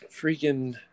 Freaking